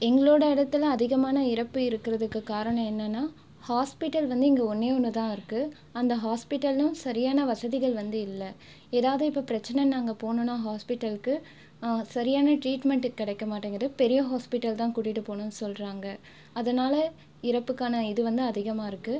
எங்களோடய இடத்துல அதிகமான இறப்பு இருக்கிறதுக்கு காரணம் என்னென்னா ஹாஸ்ப்பிட்டல் வந்து இங்கே ஒன்னே ஒன்று தான் இருக்குது அந்த ஹாஸ்ப்பிட்டலும் சரியான வசதிகள் வந்து இல்லை ஏதாவது இப்போ பிரச்சினனா அங்கே போனோனா ஹாஸ்ப்பிட்டலுக்கு சரியான டிரீட்மென்ட் கிடைக்க மாட்டேங்குது பெரிய ஹாஸ்ப்பிட்டல் தான் கூட்டிகிட்டு போனுனு சொல்கிறாங்க அதனால் இறப்புக்கான இது வந்து அதிகமாக இருக்குது